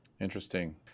Interesting